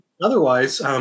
Otherwise